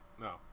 no